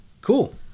Cool